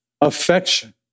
affection